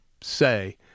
say